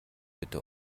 bitte